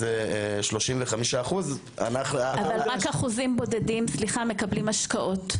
אז 35%. אבל רק אחוזים בודדים מקבלים השקעות,